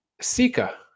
sika